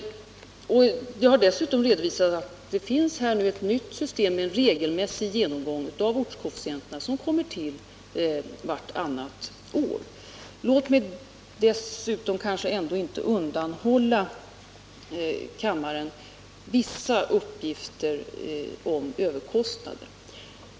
Jag har dessutom redovisat att det finns ett nytt system med en regelmässig genomgång av ortskoefficienterna vartannat år. Låt mig ändå inte undanhålla kammaren vissa uppgifter om överkostnaderna.